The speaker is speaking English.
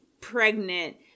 pregnant